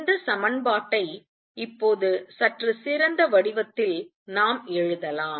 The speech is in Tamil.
இந்த சமன்பாட்டை இப்போது சற்று சிறந்த வடிவத்தில் நாம் எழுதலாம்